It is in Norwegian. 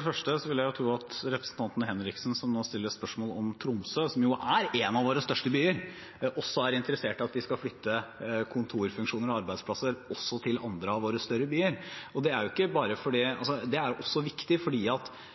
første vil jeg tro at representanten Martin Henriksen, som nå stiller spørsmål om Tromsø, som jo er en av våre største byer, er interessert i at vi skal flytte kontorfunksjoner og arbeidsplasser også til andre av våre større byer. Det er også viktig fordi hvis vi skal desentralisere, må vi desentralisere og også